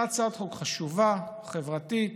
זו הצעת חוק חשובה, חברתית,